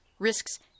risks